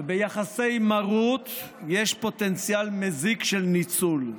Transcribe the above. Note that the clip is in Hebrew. וביחסי מרות יש פוטנציאל מזיק של ניצול.